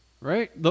Right